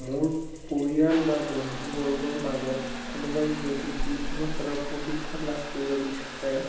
মোৰ পৰিয়াল বা বন্ধুবৰ্গৰ মাজত কোনোবাই যদি যিকোনো খেলৰ প্ৰশিক্ষণ লাভ কৰিব বিচাৰে